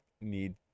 need